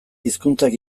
hizkuntzak